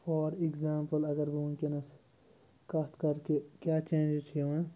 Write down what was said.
for example اگر بہٕ وٕنۍکٮ۪نس کَتھ کرٕ کہِ کیٛاہ چینجز چھِ یِوان